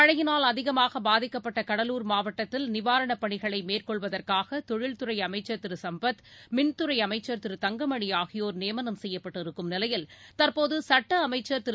மையினால் அதிகமாகபாதிக்கப்பட்டகடலூர் மாவட்டத்தில் நிவாரணப் பணிகளைமேற்கொள்வதற்காகதொழில்துறைஅமைச்சர் சம்பத் மின்துறைஅமைச்சர் திரு திரு தங்கமணிஆகியோர் நியமனம் செய்யப்பட்டிருக்கும் நிலையில் தற்போதுசட்டஅமைச்சர் திரு